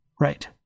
Right